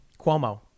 Cuomo